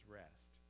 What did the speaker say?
rest